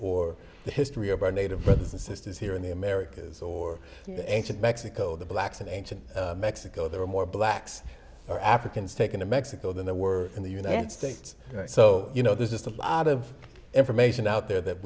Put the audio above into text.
the history of our native brothers and sisters here in the americas or ancient mexico the blacks in ancient mexico there are more blacks or africans taken in mexico than there were in the united states so you know there's just a lot of information out there that